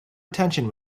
attention